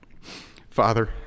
Father